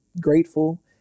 grateful